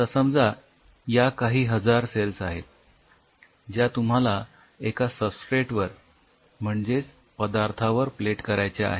आता समजा या काही हजार सेल्स आहेत ज्या तुम्हाला एका स्बस्ट्रेट वर म्हणजेच पदार्थावर प्लेट करायच्या आहेत